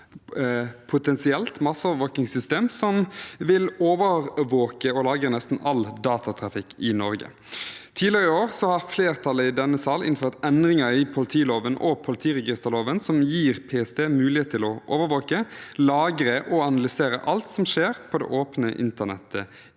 være et masseovervåkingssystem, som vil overvåke og lagre nesten all datatrafikk i Norge. Tidligere i år vedtok flertallet i denne salen endringer i politiloven og politiregisterloven som gir PST mulighet til å overvåke, lagre og analysere alt som skjer på det åpne internettet